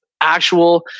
actual